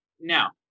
Now